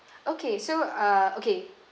okay so uh okay